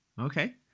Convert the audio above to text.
Okay